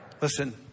Listen